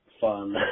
fun